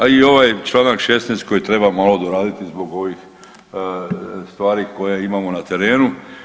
A i ovaj članak 16. koji treba malo doraditi zbog ovih stvari koje imamo na terenu.